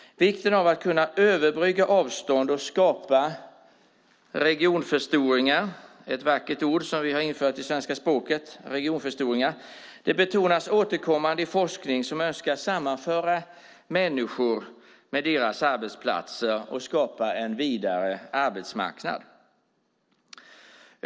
Vikten av att överbrygga avstånd och skapa regionförstoringar - ett vackert ord som vi har infört i svenska språket - betonas återkommande i forskning som önskar sammanföra människor med deras arbetsplatser och skapa en vidare arbetsmarknad.